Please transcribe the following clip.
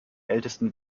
ältesten